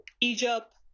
Egypt